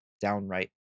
Downright